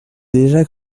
déjà